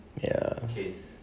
ya